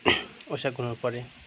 করার পরে